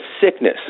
sickness